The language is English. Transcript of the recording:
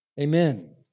Amen